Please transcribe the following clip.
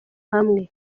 hamwe